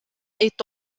est